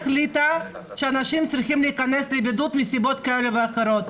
החליטה שאנשים צריכים להיכנס לבידוד מסיבות כאלה ואחרות.